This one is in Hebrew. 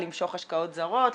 למשוך השקעות זרות,